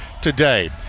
today